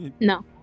no